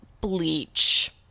Bleach